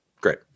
Great